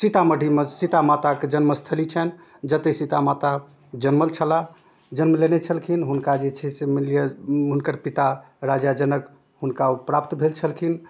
सीतामढ़ीमे सीता माताके जन्मस्थली छनि जतऽ सीता माता जनमल छलाह जन्म लेने छलखिन हुनका जे छै से मानि लिअऽ हुनकर पिता राजा जनक हुनका ओ प्राप्त भेल छलखिन